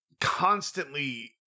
constantly